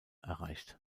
erreicht